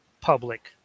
public